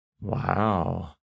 Wow